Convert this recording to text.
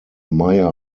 mayer